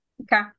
Okay